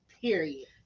period